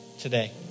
today